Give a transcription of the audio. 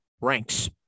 ranks